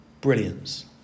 brilliance